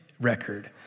record